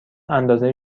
اندازه